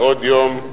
ועוד יום,